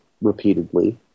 repeatedly